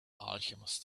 alchemist